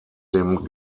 dem